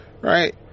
Right